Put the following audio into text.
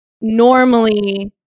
normally